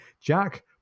jack